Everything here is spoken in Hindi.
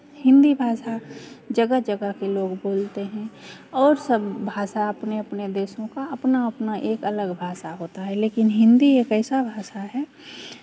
हिंदी भाषा जगह जगह के लोग बोलते हैं और सब भाषा अपने अपने देशों का अपना अपना एक अलग भाषा होता है लेकिन हिंदी एक ऐसा भाषा है